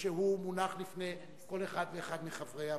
והוא מונח לפני כל אחד ואחד מחברי הוועדה.